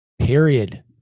period